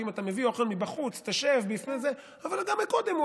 שאם אתה מביא אוכל מבחוץ תשב וכו' אבל גם קודם הוא